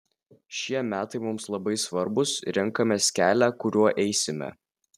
šie metai mums labai svarbūs renkamės kelią kuriuo eisime